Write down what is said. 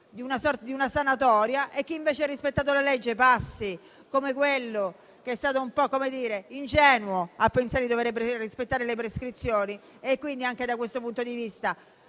di una sanatoria e chi invece ha rispettato la legge passi come quello che è stato un po' ingenuo a pensare di dover rispettare le prescrizioni. Anche da questo punto di vista